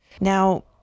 Now